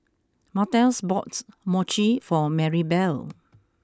Martez bought Mochi for Marybelle